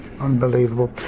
Unbelievable